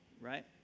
right